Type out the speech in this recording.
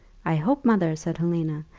i hope, mother, said helena,